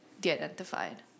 de-identified